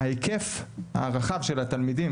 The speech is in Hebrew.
ההיקף הרחב של התלמידים,